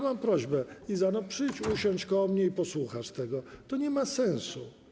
Mam prośbę, Iza, przyjdź, usiądź koło mnie i posłuchaj tego - to nie ma sensu.